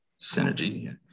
synergy